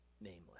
nameless